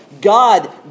God